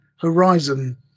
horizon